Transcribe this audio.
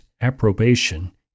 approbation